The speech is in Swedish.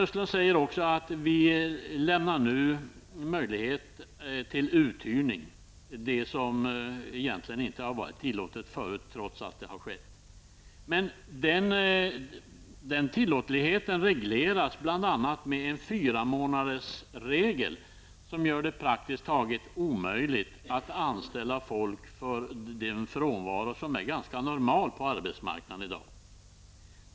Vidare säger Sten Östlund att vi möjliggör uthyrning, något som egentligen inte har varit tillåtet tidigare men som ändå har förekommit. Men den här möjligheten regleras bl.a. med hjälp av en fyramånadersregel. Genom denna blir det praktiskt taget omöjligt att anställa folk vid vad som i dag kan anses vara ganska normal frånvaro på arbetsmarknaden.